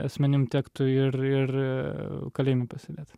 asmenim tektų ir ir a kalėjime pasėdėt